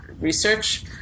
research